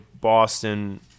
Boston